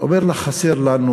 אומר לה: חסר לנו